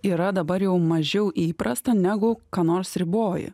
yra dabar jau mažiau įprasta negu ką nors riboji